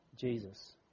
Jesus